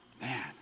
Man